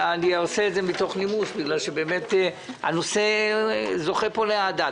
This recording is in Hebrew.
אני עושה את זה מתוך נימוס בגלל שהנושא זוכה פה לאהדה.